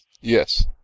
yes